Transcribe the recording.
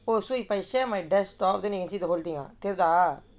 oh so if I share my desktop then you can see the whole thing ah தெரிதா:therithaa